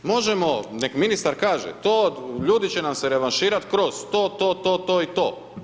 Možemo, nek ministar kaže, to ljudi će nam se revanširati kroz to, to to i to.